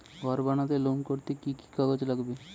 ঘর বানাতে লোন করতে কি কি কাগজ লাগবে?